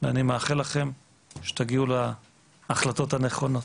ואני מאחל לכם שתגיעו להחלטות הנכונות.